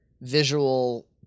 visual